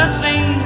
sing